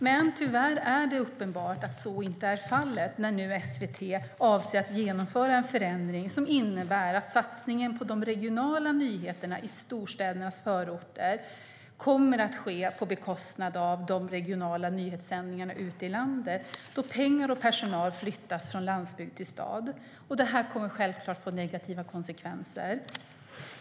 Men tyvärr är det uppenbart att så inte är fallet när SVT nu avser att genomföra en förändring som innebär att satsningen på de regionala nyheterna i storstädernas förorter kommer att ske på bekostnad av de regionala nyhetssändningarna ute i landet, då pengar och personal flyttas från landsbygd till stad. Detta kommer självklart att få negativa konsekvenser.